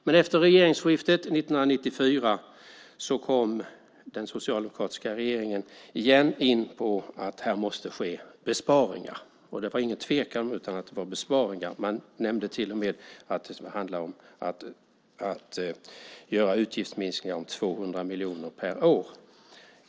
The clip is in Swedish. Men efter regeringsskiftet år 1994 kom den socialdemokratiska regeringen igen in på att här måste ske besparingar. Det var ingen tvekan om att det var besparingar. Man nämnde till och med att det kunde handla om att göra utgiftsminskningar om 200 miljoner per år.